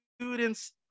students